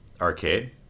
Arcade